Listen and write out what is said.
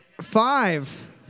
five